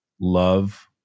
love